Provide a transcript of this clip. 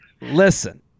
Listen